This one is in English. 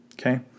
okay